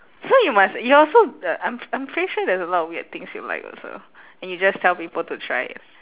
so you must you also uh I'm I'm pretty sure there's a lot of weird things you like also and you just tell people to try